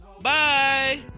Bye